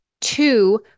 Two